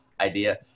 idea